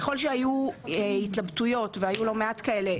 ככל שהיו התלבטויות, והיו לא מעט כאלו,